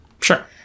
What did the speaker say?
Sure